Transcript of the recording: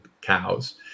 cows